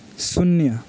शून्य